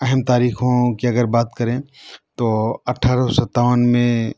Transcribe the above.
اہم تاریخوں کی اگر بات کریں تو اٹھارہ سو ستاون میں